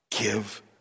give